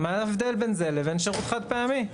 מה ההבדל בין זה לבין שירות חד פעמי?